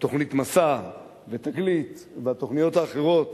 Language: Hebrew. ותוכנית "מסע", ו"תגלית" והתוכניות האחרות